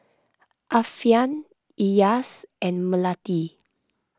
Alfian Elyas and Melati